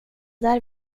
där